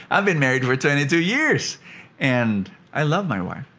i've been married for twenty two years and, i love my wife.